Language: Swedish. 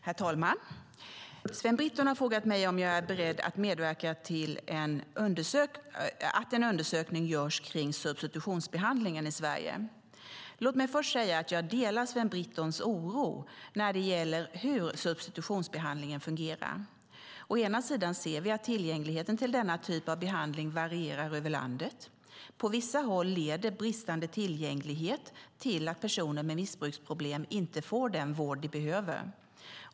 Herr talman! Sven Britton har frågat mig om jag är beredd att medverka till att en undersökning görs kring substitutionsbehandlingen i Sverige. Låt mig först säga att jag delar Sven Brittons oro när det gäller hur substitutionsbehandlingen fungerar. Å ena sidan ser vi att tillgängligheten till denna typ av behandling varierar över landet. På vissa håll leder bristande tillgänglighet till att personer med missbruksproblem inte får den vård de behöver.